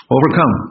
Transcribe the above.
Overcome